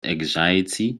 anxiety